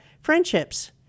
friendships